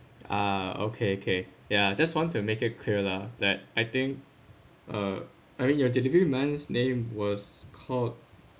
ah okay okay ya just want to make it clear lah that I think uh I mean your delivery man's name was called